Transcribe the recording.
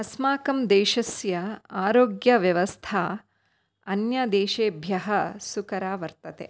अस्माकं देशस्य आरोग्यव्यवस्था अन्यदेशेभ्यः सुकरा वर्तते